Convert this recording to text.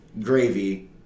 gravy